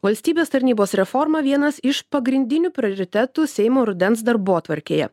valstybės tarnybos reforma vienas iš pagrindinių prioritetų seimo rudens darbotvarkėje